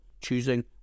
choosing